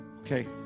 Okay